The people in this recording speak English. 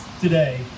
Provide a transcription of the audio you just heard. today